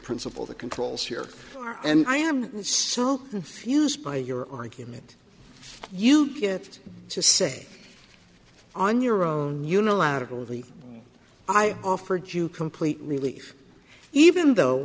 principle the controls here and i am so confused by your argument you get to say on your own unilaterally i offered you complete relief even though